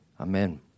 Amen